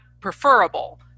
preferable